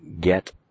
get